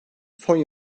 son